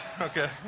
Okay